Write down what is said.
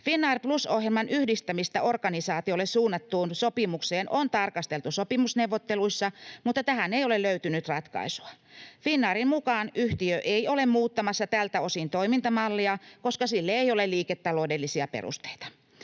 Finnair Plus ‑ohjelman yhdistämistä organisaatioille suunnattuun sopimukseen on tarkasteltu sopimusneuvotteluissa, mutta tähän ei ole löytynyt ratkaisua. Finnairin mukaan yhtiö ei ole muuttamassa tältä osin toimintamallia, koska sille ei ole liiketaloudellisia perusteita.